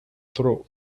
throat